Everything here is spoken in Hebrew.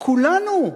כולנו.